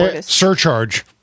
Surcharge